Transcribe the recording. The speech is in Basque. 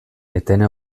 etena